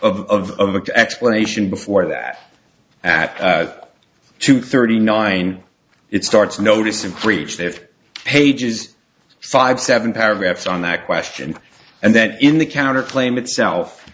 explanation before that at two thirty nine it starts noticing creech they've pages five seven paragraphs on that question and then in the counterclaim itself